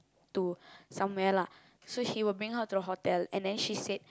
to somewhere lah so she will bring her to the hotel and then she said